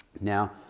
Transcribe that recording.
Now